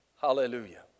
Hallelujah